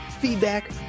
feedback